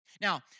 Now